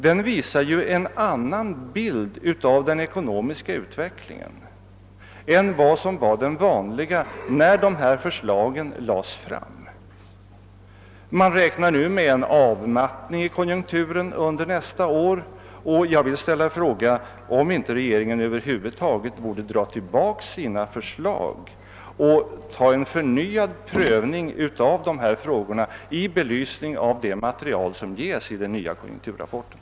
Den visar en annan bild av den ekonomiska utvecklingen än vad som var den vanliga när regeringens förslag lades fram. Man räknar nu med en avmattning i konjunkturen under nästa år. Jag vill ställa frågan, om inte regeringen över huvud taget borde dra tillbaka sitt förslag och ta upp dessa frågor till förnyad prövning i belysning av det nya material som ges i konjunkturrapporten.